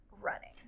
running